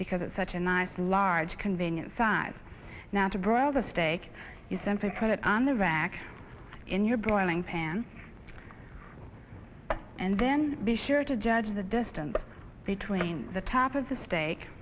because it's such a nice large convenient size now to broil the steak you simply put it on the rack in your boiling pan and then be sure to judge the distance between the top of the steak